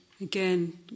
again